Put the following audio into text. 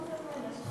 מה אתה רוצה ממנו?